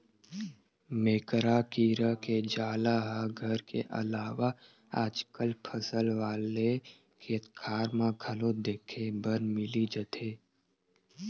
मेकरा कीरा के जाला ह घर के अलावा आजकल फसल वाले खेतखार म घलो देखे बर मिली जथे